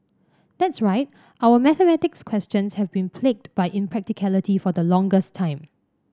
that's right our mathematics questions have been plagued by impracticality for the longest time